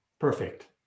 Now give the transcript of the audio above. Perfect